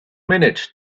minute